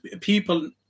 people